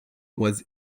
was